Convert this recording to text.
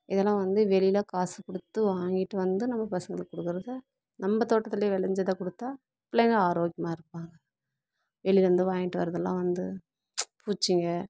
இதெல்லாம் வந்து வெளியில் காசு கொடுத்து வாங்கிட்டு வந்து நம்ம பசங்களுக்கு கொடுக்கிறதை நம்ப தோட்டத்தில் வௌஞ்சதை கொடுத்தா பிள்ளைங்க ஆரோக்கியமாக இருப்பாங்க வெளிலருந்து வாங்கிட்டு வர்றதுல்லாம் வந்து பூச்சிங்கள்